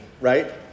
right